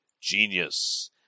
GENIUS